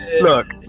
Look